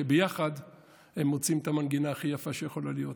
שביחד הם מוציאים את המנגינה הכי יפה שיכולה להיות.